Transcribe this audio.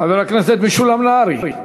חבר הכנסת משולם נהרי,